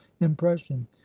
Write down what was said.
impression